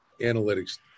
analytics